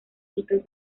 hitos